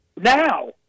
now